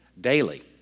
daily